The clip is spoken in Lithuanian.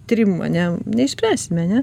trim ane neišspręsim ane